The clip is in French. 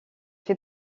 fait